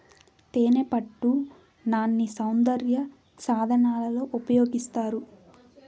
తేనెపట్టు నాన్ని సౌందర్య సాధనాలలో ఉపయోగిస్తారు